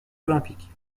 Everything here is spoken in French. olympiques